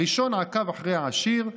הראשון עקב אחרי העשיר,